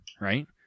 right